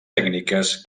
tècniques